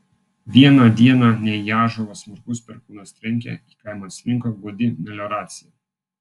vieną dieną ne į ąžuolą smarkus perkūnas trenkė į kaimą atslinko gūdi melioracija